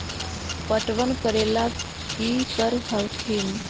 पटबन करे ला की कर हखिन?